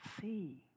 see